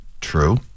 True